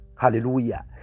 Hallelujah